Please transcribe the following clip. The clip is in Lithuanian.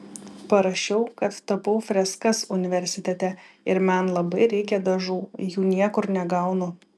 parašiau kad tapau freskas universitete ir man labai reikia dažų jų niekur negaunu